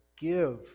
give